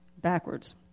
backwards